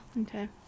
Okay